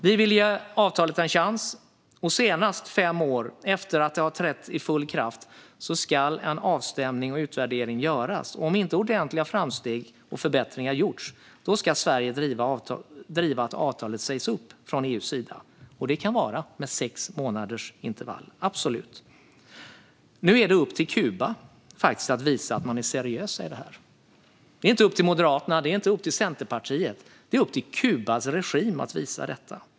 Vi vill ge avtalet en chans, och senast fem år efter att det har trätt i full kraft ska en avstämning och en utvärdering göras. Om inte ordentliga framsteg och förbättringar gjorts ska Sverige driva att avtalet sägs upp från EU:s sida. Det kan ske med sex månaders intervall - absolut. Nu är det faktiskt upp till Kuba att visa att man är seriös i fråga om detta. Det är inte upp till Moderaterna, det är inte upp till Centerpartiet utan det är upp till Kubas regim att visa detta.